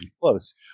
close